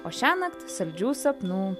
o šiąnakt saldžių sapnų